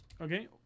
Okay